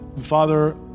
Father